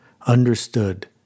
understood